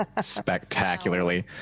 spectacularly